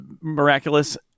miraculous